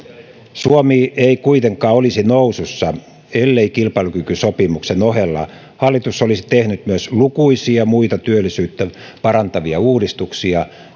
suomi ei kuitenkaan olisi nousussa ellei kilpailukykysopimuksen ohella hallitus olisi tehnyt myös lukuisia muita työllisyyttä parantavia uudistuksia